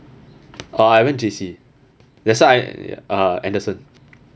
ah I went J_C that's why I uh anderson